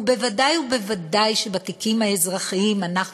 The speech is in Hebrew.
ובוודאי ובוודאי שבתיקים האזרחיים אנחנו